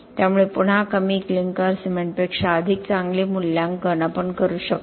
त्यामुळे पुन्हा कमी क्लिंकर सिमेंटपेक्षा अधिक चांगले मूल्यांकन आपण करू शकतो